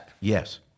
Yes